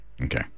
Okay